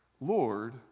Lord